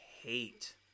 hate